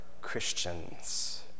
Christians